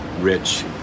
rich